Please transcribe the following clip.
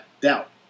doubt